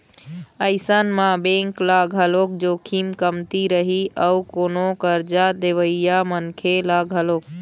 अइसन म बेंक ल घलोक जोखिम कमती रही अउ कोनो करजा देवइया मनखे ल घलोक